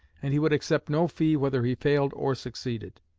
and he would accept no fee whether he failed or succeeded.